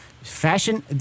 Fashion